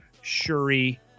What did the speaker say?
Shuri